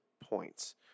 points